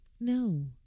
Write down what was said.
No